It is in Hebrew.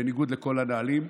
בניגוד לכל הנהלים,